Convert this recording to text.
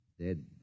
dead